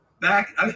back